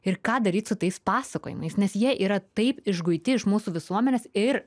ir ką daryt su tais pasakojimais nes jie yra taip išguiti iš mūsų visuomenės ir